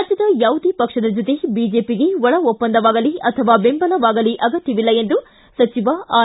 ರಾಜ್ಯದ ಯಾವುದೇ ಪಕ್ಷದ ಜೊತೆ ಬಿಜೆಪಿಗೆ ಒಳ ಒಪ್ಪಂದವಾಗಲೀ ಅಥವಾ ಬೆಂಬಲವಾಗಲೀ ಅಗತ್ಯವಿಲ್ಲ ಎಂದು ಸಚಿವ ಆರ್